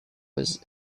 was